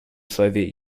soviet